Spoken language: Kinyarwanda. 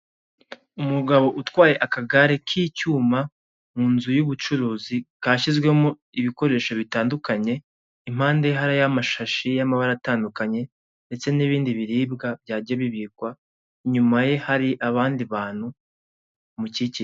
Umugabo utwaye akagare k'icyuma mu nzu y'ubucuruzi. Kashyizwemo ibikoresho bitandukanye, impande ye hariyo amashashi y'amabara atandukanye, ndetse n'ibindi biribwa byagiye bibikwa, inyuma ye hari abandi bantu.